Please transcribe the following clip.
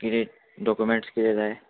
किदें डॉक्युमेंट्स किदें जाय